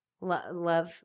Love